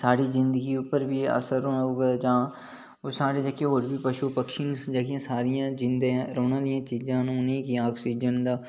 साढ़ी जिंदगी उप्पर असर होना साढ़े जेह्के होर बी पशु पक्षी न सारी जिंदा रौह्ने आह्लियां चीजां न उनें गी आक्सीजन दा